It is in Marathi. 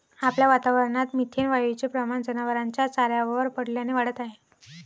आपल्या वातावरणात मिथेन वायूचे प्रमाण जनावरांच्या चाऱ्यावर पडल्याने वाढत आहे